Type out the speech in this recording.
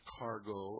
cargo